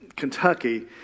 Kentucky